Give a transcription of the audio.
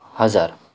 हजार